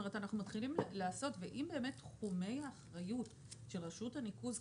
אם באמת תחומי האחריות של רשויות הניקוז,